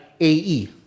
AE